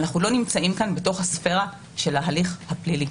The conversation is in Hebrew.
אנחנו לא נמצאים כאן בתוך הספירה של ההליך הפלילי.